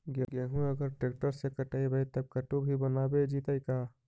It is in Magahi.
गेहूं अगर ट्रैक्टर से कटबइबै तब कटु भी बनाबे जितै का?